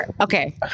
okay